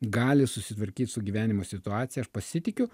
gali susitvarkyt su gyvenimo situacija aš pasitikiu